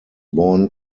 born